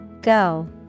Go